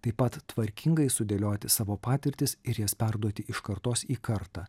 taip pat tvarkingai sudėlioti savo patirtis ir jas perduoti iš kartos į kartą